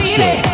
Show